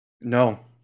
No